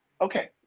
Okay